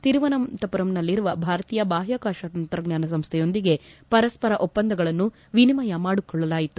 ತಿರುವಂತಪುರಂನಲ್ಲಿರುವ ಭಾರತೀಯ ಬಾಹ್ಮಾಕಾಶ ತಂತ್ರಜ್ಞಾನ ಸಂಸ್ಥೆಯೊಂದಿಗೆ ಪರಸ್ಪರ ಒಪ್ಪಂದಗಳನ್ನು ವಿನಿಮಯ ಮಾಡಿಕೊಳ್ಟಲಾಯಿತು